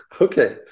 Okay